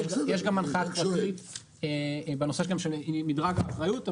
תהיה גם הנחיה בנושא של מדרג האחריות,